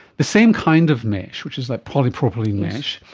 the same kind of mesh, which is that polypropylene mesh,